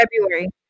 February